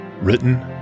written